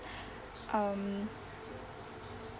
um